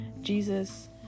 Jesus